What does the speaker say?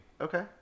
Okay